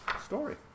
story